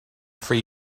free